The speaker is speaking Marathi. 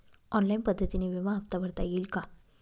ऑनलाईन पद्धतीने विमा हफ्ता भरता येईल का?